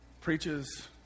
Preaches